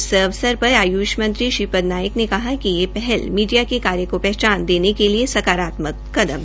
इस अवसर पर आय्ष मंत्री श्रीपद नाइक ने कहा कि यह पहल मीडिया के कार्य को पहचान देने के लिए संकारात्मक कदम है